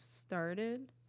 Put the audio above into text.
started